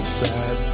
bad